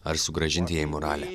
ar sugrąžinti jai moralę